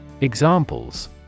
Examples